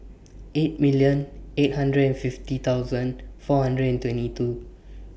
six eight hundred and fifty four hundred and twenty two